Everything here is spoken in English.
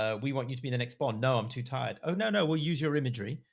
ah we want you to be the next bond. no, i'm too tired. oh, no, no. we'll use your imagery.